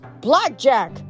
Blackjack